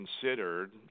considered